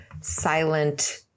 silent